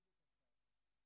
בבקשה,